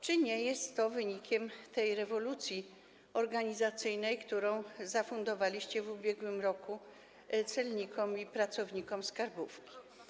Czy nie jest to wynikiem tej rewolucji organizacyjnej, którą zafundowaliście w ubiegłym roku celnikom i pracownikom skarbówki?